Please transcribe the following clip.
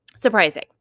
surprising